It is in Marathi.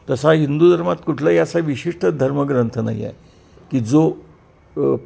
तसा हिंदू धर्मात कुठलाही असा विशिष्ट धर्मग्रंथ नाही आहे की जो